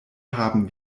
haben